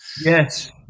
Yes